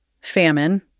famine